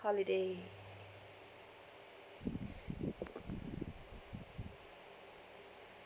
holiday